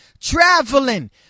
traveling